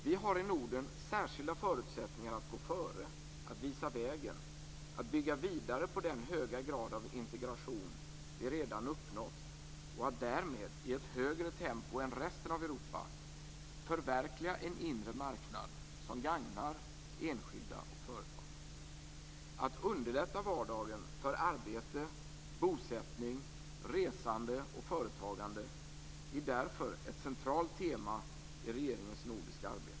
Vi har i Norden särskilda förutsättningar att gå före, att visa vägen, att bygga vidare på den höga grad av integration vi redan uppnått och att därmed i ett högre tempo än resten av Europa förverkliga en inre marknad som gagnar enskilda och företag. Att underlätta vardagen för arbete, bosättning, resande och företagande är därför ett centralt tema i regeringens nordiska arbete.